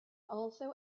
also